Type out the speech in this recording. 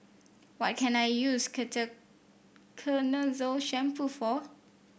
what can I use Ketoconazole Shampoo for